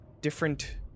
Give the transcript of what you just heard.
different